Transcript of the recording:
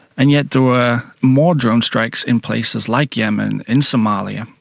and yet there were more drone strikes in places like yemen, in somalia,